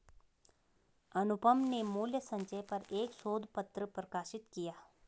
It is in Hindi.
अनुपम ने मूल्य संचय पर एक शोध पत्र प्रकाशित किया